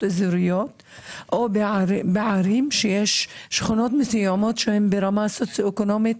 אזוריות או בערים שיש שכונות מסוימות שהן ברמה סוציואקונומית